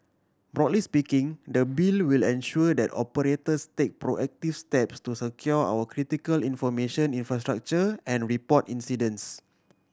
broadly speaking the Bill will ensure that operators take proactive steps to secure our critical information infrastructure and report incidents